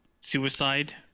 suicide